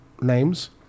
names